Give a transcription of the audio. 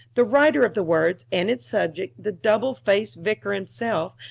the writer of the words, and its subject, the double-faced vicar himself,